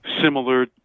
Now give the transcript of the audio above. similar